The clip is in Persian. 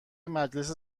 مجلس